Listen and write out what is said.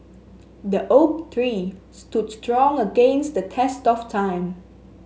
the oak tree stood strong against the test of time